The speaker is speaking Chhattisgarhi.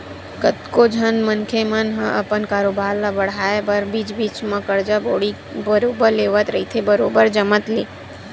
कतको झन मनखे मन ह अपन कारोबार ल बड़हाय बर बीच बीच म करजा बोड़ी बरोबर लेवत रहिथे बरोबर जमत ले